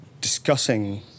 discussing